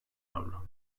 avro